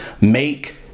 make